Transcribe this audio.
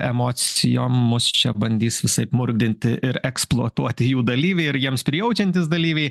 emocijom mus čia bandys visaip murgdinti ir eksploatuoti jų dalyviai ir jiems prijaučiantys dalyviai